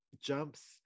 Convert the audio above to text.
jumps